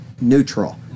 neutral